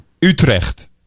Utrecht